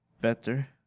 Better